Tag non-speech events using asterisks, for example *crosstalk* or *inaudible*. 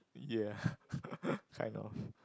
yeah *laughs* I know